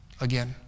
Again